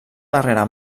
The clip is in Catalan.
darrera